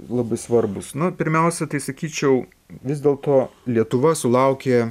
labai svarbūs na pirmiausia tai sakyčiau vis dėl to lietuva sulaukė